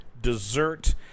dessert